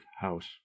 House